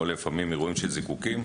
או לפעמים אירועים של זיקוקים.